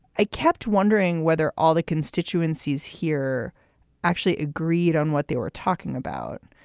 i kept wondering whether all the constituencies here actually agreed on what they were talking about,